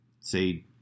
say